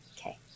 Okay